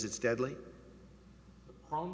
it's deadly wrong